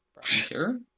Sure